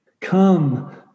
Come